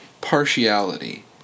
partiality